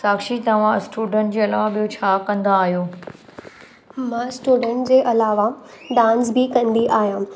साक्षी तव्हां स्टूडेंट जे अलावा ॿियों छा कंदा आहियो मां स्टूडेंट जे अलावा डांस बि कंदी आहियां